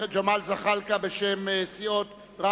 חבר הכנסת ג'מאל זחאלקה,